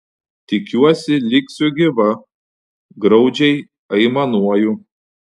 tikiuosi liksiu gyva graudžiai aimanuoju